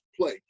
play